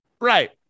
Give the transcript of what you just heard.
Right